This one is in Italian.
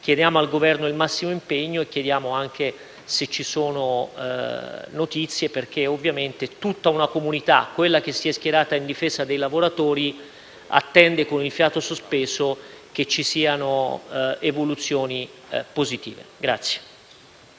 Chiediamo al Governo il massimo impegno e chiediamo anche se ci sono notizie, perché ovviamente tutta una comunità, quella che si è schierata in difesa dei lavoratori, attende con il fiato sospeso che ci siano evoluzioni positive.